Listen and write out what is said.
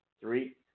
Three